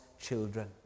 children